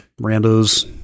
randos